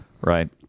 Right